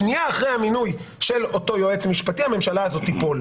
שנייה אחרי המינוי של אותו יועץ משפטי הממשלה הזאת תיפול.